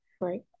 right